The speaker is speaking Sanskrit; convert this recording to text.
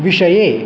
विषये